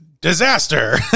Disaster